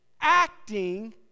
acting